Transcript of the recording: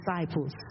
disciples